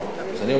אני אומר לך,